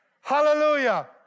Hallelujah